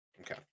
Okay